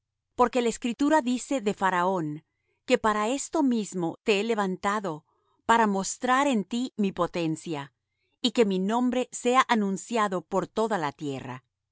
porque la escritura dice de faraón que para esto mismo te he levantado para mostrar en ti mi potencia y que mi nombre sea anunciado por toda la tierra